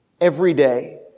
everyday